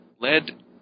led